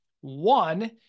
One